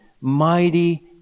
mighty